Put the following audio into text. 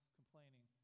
complaining